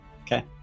Okay